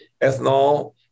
Ethanol